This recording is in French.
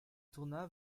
tourna